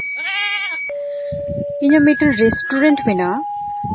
ᱤᱧᱟᱹᱜ ᱢᱤᱫᱴᱮᱱ ᱨᱮᱥᱴᱩᱨᱮᱱᱴ ᱢᱮᱱᱟᱜᱼᱟ